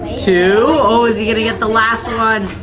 two. oh is he getting the last one?